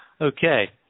Okay